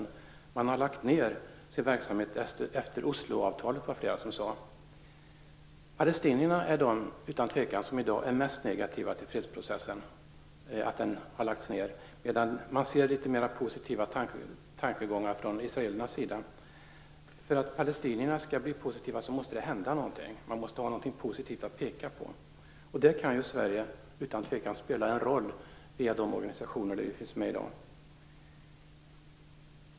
Det var flera som sade att man har lagt ned sin verksamhet efter Osloavtalet. Palestinierna är utan tvivel de som är mest negativa till att fredsprocessen har lagts ned, medan man kan se litet mer positiva tankegångar från israelernas sida. För att palestinierna skall bli positiva måste det hända någonting. De måste ha någonting positivt att peka på. Där kan Sverige utan tvivel spela en roll via de organisationer som vi finns med i.